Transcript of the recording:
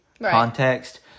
context